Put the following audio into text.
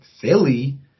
Philly